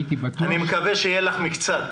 אני מקווה שיהיה לך מקצת.